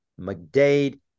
McDade